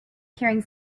carrying